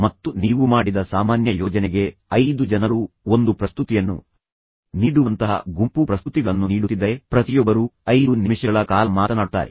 ಮತ್ತು ನೀವು ಮಾಡಿದ ಸಾಮಾನ್ಯ ಯೋಜನೆಗೆ ಐದು ಜನರು ಒಂದು ಪ್ರಸ್ತುತಿಯನ್ನು ನೀಡುವಂತಹ ಗುಂಪು ಪ್ರಸ್ತುತಿಗಳನ್ನು ನೀಡುತ್ತಿದ್ದರೆ ಪ್ರತಿಯೊಬ್ಬರೂ ಐದು ನಿಮಿಷಗಳ ಕಾಲ ಮಾತನಾಡುತ್ತಾರೆ